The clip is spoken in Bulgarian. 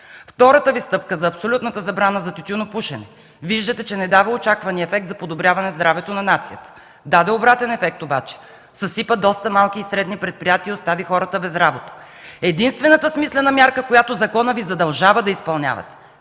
Втората Ви стъпка за абсолютната забрана за тютюнопушене виждате, че не дава очаквания ефект за подобряване здравето на нацията. Даден обратен ефект обаче – съсипа доста малки и средни предприятия и остави хората без работа. Единствената смислена мярка, която законът Ви задължава да изпълнявате,